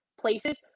places